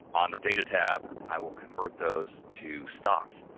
on the data tab, i will convert those to stocks.